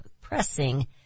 pressing